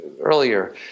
earlier